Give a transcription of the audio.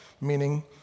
meaning